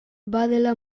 badela